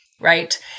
right